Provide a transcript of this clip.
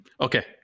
Okay